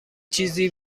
چیزی